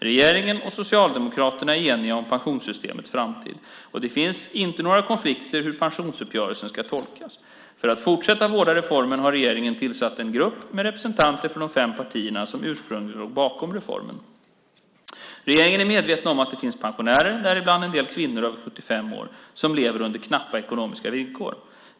Regeringen och Socialdemokraterna är eniga om pensionssystemets framtid. Det finns inte några konflikter om hur pensionsuppgörelsen ska tolkas. För att fortsatt vårda reformen har regeringen tillsatt en grupp med representanter från de fem partierna som ursprungligen låg bakom reformen. Regeringen är medveten om att det finns pensionärer, däribland en del kvinnor över 75 år, som lever under knappa ekonomiska villkor.